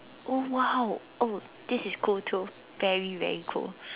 oh !wow! oh this is cool too very very cool